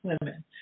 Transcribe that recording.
women